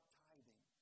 tithing